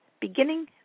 beginning